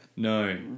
No